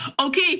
Okay